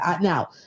now